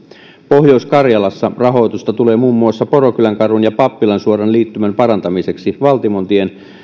pohjois karjalassa rahoitusta tulee muun muassa porokylänkadun ja pappilansuoran liittymän parantamiseksi valtimontien